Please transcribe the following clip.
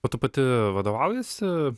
o tu pati vadovaujiesi